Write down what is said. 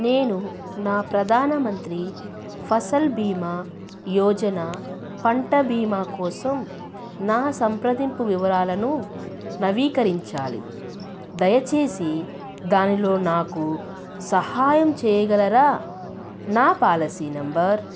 నేను నా ప్రధానమంత్రి ఫసల్ భీమా యోజన పంట భీమా కోసం నా సంప్రదింపు వివరాలను నవీకరించాలి దయచేసి దానిలో నాకు సహాయం చేయగలరా నా పాలసీ నెంబర్